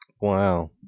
Wow